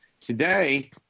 Today